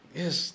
yes